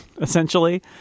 essentially